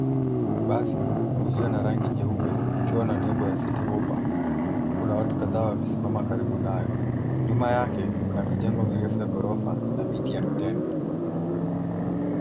Basi iliyo na rangi nyeupe ikiwa na nembo ya Citi Hoppa, huku kuna watu kadhaa wamesimama karibu nayo. Nyuma yake, kuna mijengo mirefu ya ghorofa na miti ya mtende.